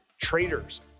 traders